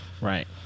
Right